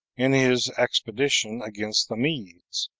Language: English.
in his expedition against the medes.